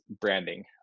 branding